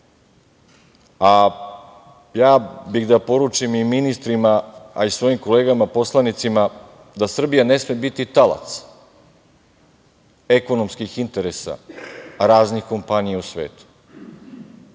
a ja bih da poručim i ministrima, a i svojim kolegama poslanicima da Srbija ne sme biti talac ekonomskih interesa, raznih kompanija u svetu.